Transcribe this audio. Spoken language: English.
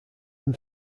than